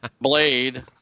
Blade